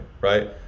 right